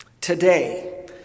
Today